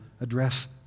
address